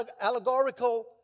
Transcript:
allegorical